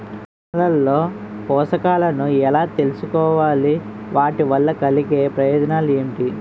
నేలలో పోషకాలను ఎలా తెలుసుకోవాలి? వాటి వల్ల కలిగే ప్రయోజనాలు ఏంటి?